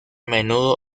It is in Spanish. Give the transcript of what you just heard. menudo